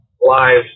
lives